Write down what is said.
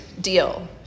deal